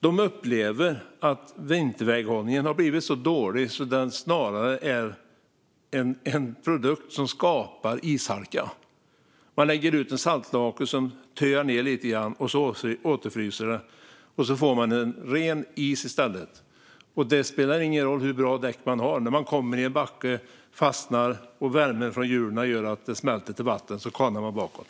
De upplever att vinterväghållningen har blivit så dålig att den snarare är en produkt som skapar ishalka. Man lägger ut en saltlake som töar ned lite grann, och så återfryser den. Då får man en ren is i stället. Det spelar ingen roll hur bra däck man har; när man kommer i en backe och fastnar och värmen från hjulen gör att isen smälter till vatten kanar man bakåt.